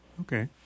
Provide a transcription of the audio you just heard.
Okay